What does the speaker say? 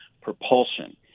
propulsion